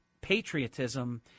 patriotism